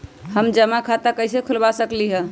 हम जमा खाता कइसे खुलवा सकली ह?